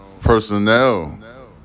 personnel